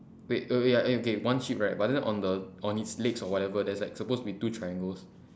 wait okay ya okay one sheep right but then on the on his legs or whatever there's like supposed to be two triangles